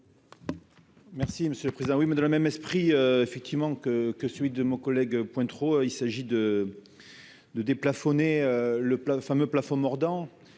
monsieur le président, oui, mais dans le même esprit, effectivement, que que celui de mon collègue Pointereau trop, il s'agit de de déplafonner le fameux plafond mordant